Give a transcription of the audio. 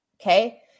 okay